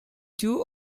two